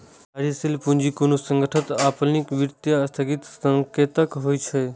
कार्यशील पूंजी कोनो संगठनक अल्पकालिक वित्तीय स्थितिक संकेतक होइ छै